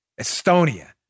Estonia